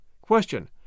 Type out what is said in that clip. Question